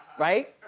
right.